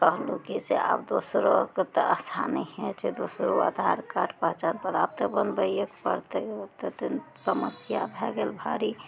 कहलहुँ कि से आब दोसरोके तऽ आसानी होइ छै दोसरो आधार कार्ड पहिचान पत्र आब तऽ बनबयके पड़त ओतोऽ तऽ समस्या भए गेल भारी